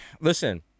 listen